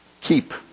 keep